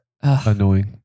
annoying